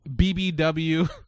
BBW